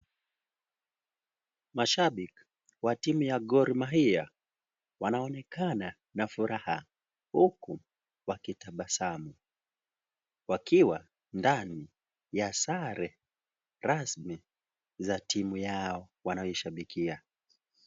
Mashabiki wa timu ya Gormahia wanaonekana na furaha huku wakitabasamu wakiwa ndani ya sare rasmi za timu yao wanayoishabikia